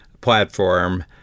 platform